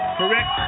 correct